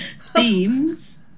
themes